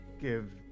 give